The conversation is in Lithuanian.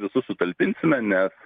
visus sutalpinsime nes